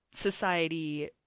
society